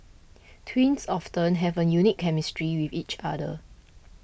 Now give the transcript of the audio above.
twins often have a unique chemistry with each other